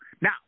Now